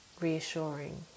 reassuring